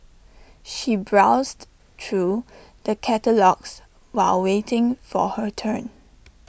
she browsed through the catalogues while waiting for her turn